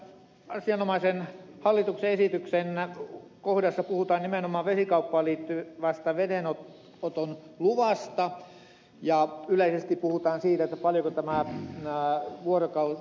kun tässä asianomaisessa hallituksen esityksen kohdassa puhutaan nimenomaan vesikauppaan liittyvästä vedenoton luvasta ja yleisesti puhutaan siitä valitettavaa ja vuorokauden